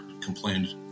complained